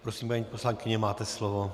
Prosím, paní poslankyně, máte slovo.